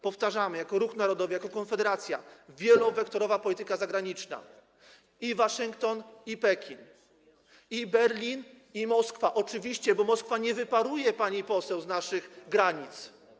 Powtarzamy jako Ruch Narodowy, jako konfederacja: wielowektorowa polityka zagraniczna, i Waszyngton, i Pekin, i Berlin, i Moskwa oczywiście, bo Moskwa nie wyparuje, pani poseł, zza naszych granic.